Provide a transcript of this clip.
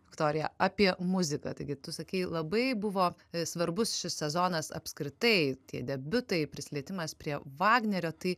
viktorija apie muziką taigi tu sakei labai buvo svarbus šis sezonas apskritai tie debiutai prisilietimas prie vagnerio tai